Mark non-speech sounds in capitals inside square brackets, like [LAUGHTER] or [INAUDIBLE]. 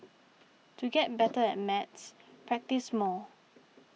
to get better [NOISE] at maths practise more [NOISE]